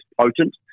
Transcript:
potent